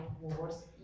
wars